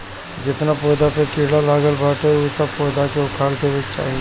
जेतना पौधा पे कीड़ा लागल बाटे उ सब पौधा के उखाड़ देवे के चाही